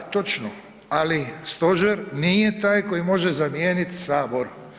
Točno, ali stožer nije taj koji može zamijenit Sabor.